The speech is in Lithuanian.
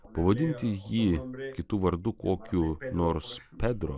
pavadinti jį kitu vardu kokiu nors pedro